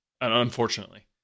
unfortunately